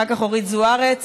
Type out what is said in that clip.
אחר כך אורית זוארץ,